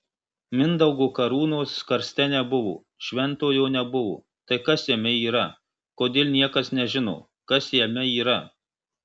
mindaugo karūnos karste nebuvo šventojo nebuvo tai kas jame yra kodėl niekas nežino kas jame yra